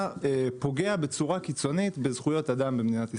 בצורה קיצונית בזכויות אדם במדינת ישראל.